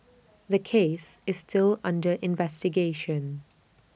the case is still under investigation